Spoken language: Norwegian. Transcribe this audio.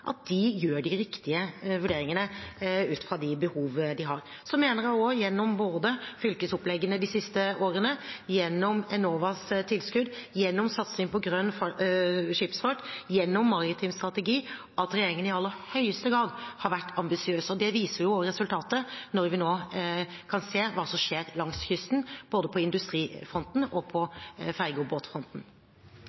gjør de riktige vurderingene ut fra de behov de har. Jeg mener også – både gjennom fylkesoppleggene de siste årene, gjennom Enovas tilskudd, gjennom satsing på grønn skipsfart, gjennom maritim strategi – at regjeringen i aller høyeste grad har vært ambisiøs. Det viser også resultatet når vi nå ser hva som skjer langs kysten, både på industrifronten og på